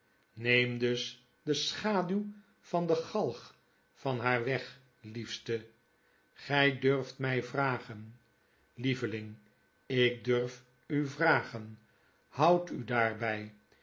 neem dus de schaduw van de galg van haar weg liefste gij durft mij vragen lieveling ik durf u vragen hoududaarbjj